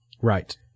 right